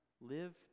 live